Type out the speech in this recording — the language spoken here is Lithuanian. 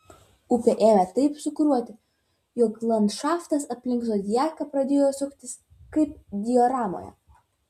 upė ėmė taip sūkuriuoti jog landšaftas aplink zodiaką pradėjo suktis kaip dioramoje